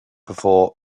before